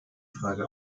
frage